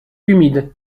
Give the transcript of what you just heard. humide